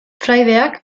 fraideak